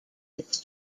its